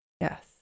Yes